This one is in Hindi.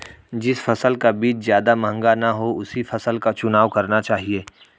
जिस फसल का बीज ज्यादा महंगा ना हो उसी फसल का चुनाव करना चाहिए